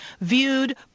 viewed